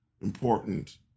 important